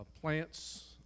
plants